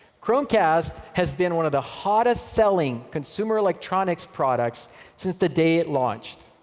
chromecast has been one of the hottest-selling consumer electronics products since the day it launched,